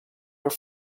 your